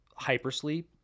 hypersleep